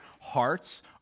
hearts